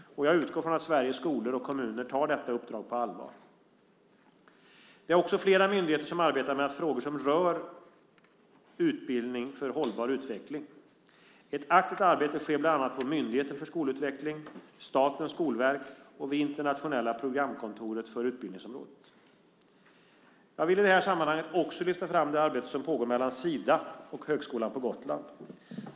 Jag utgår ifrån att Sveriges skolor och kommuner tar detta uppdrag på allvar. Det är också flera myndigheter som arbetar med frågor som rör utbildning för hållbar utveckling. Ett aktivt arbete sker bland annat på Myndigheten för skolutveckling, Statens skolverk och vid Internationella programkontoret för utbildningsområdet. Jag vill i det här sammanhanget också lyfta fram det arbete som pågår mellan Sida och Högskolan på Gotland.